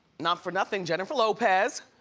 not for nothing jennifer lopez.